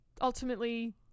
ultimately